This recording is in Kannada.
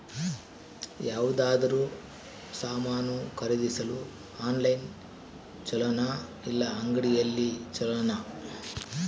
ಯಾವುದಾದರೂ ಸಾಮಾನು ಖರೇದಿಸಲು ಆನ್ಲೈನ್ ಛೊಲೊನಾ ಇಲ್ಲ ಅಂಗಡಿಯಲ್ಲಿ ಛೊಲೊನಾ?